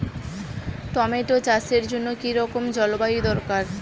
Tomato চাষের জন্য কি রকম জলবায়ু দরকার?